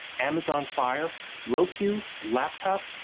amazon fire, roku, laptop,